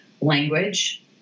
language